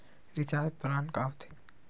Recharge plan का होथे?